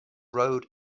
rode